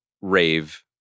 rave